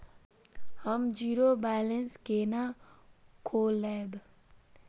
हम zero balance केना खोलैब?